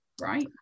right